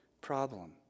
problem